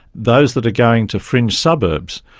those that are going to fringe suburbs,